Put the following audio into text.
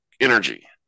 energy